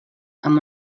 amb